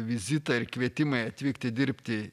vizitai ir kvietimai atvykti dirbti